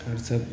आओरसभ